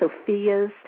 Sophia's